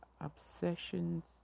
obsessions